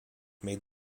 made